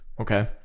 Okay